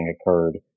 occurred